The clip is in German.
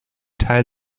teil